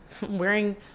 wearing